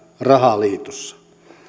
rahaliitossa